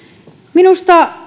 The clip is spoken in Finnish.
minusta